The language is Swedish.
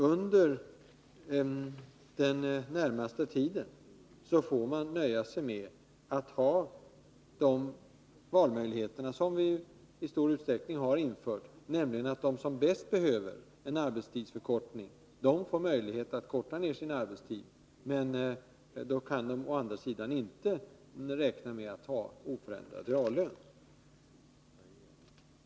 Under den närmaste tiden får man nöja sig med att ha de valmöjligheter som vi i stor utsträckning infört, nämligen att de som bäst behöver en arbetstidsförkortning får möjlighet att förkorta arbetstiden. Men då kan de å andra sidan inte räkna med oförändrad reallön.